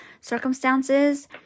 circumstances